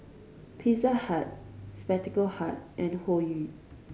Pizza Hut Spectacle Hut and Hoyu